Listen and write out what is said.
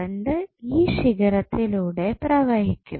current ഈ ശിഖയിലൂടെ പ്രവഹിക്കും